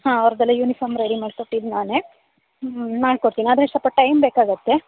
ಹಾಂ ಅವ್ರದ್ದೆಲ್ಲ uniform ready ಮಾಡಿ ಕೊಟ್ಟಿದ್ದು ನಾನೆ ಮಾಡ್ಕೊಡ್ತಿನಿ ಆದರೆ ಸ್ವಲ್ಪ ಟೈಮ್ ಬೇಕಾಗುತ್ತೆ